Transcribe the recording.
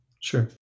Sure